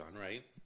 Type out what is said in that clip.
right